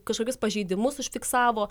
kažkokius pažeidimus užfiksavo